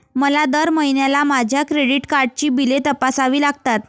मला दर महिन्याला माझ्या क्रेडिट कार्डची बिले तपासावी लागतात